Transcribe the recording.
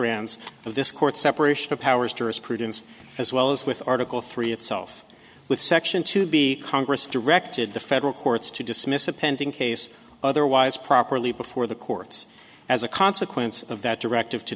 brands of this court separation of powers douras prudence as well as with article three itself with section two b congress directed the federal courts to dismiss a pending case otherwise properly before the courts as a consequence of that directive to